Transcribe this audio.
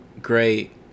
great